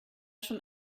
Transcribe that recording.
schon